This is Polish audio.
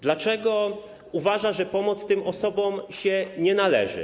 Dlaczego uważa, że pomoc tym osobom się nie należy?